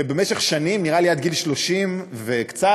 ובמשך שנים, נראה לי עד גיל 30 וקצת,